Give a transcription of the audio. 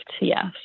yes